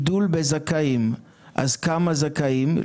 2,000 מהמדינה ואתה נאלץ לקחת את הבית.